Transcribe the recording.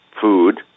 food